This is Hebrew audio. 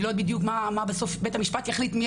אני לא יודעת בדיוק מה בית המשפט יחליט מי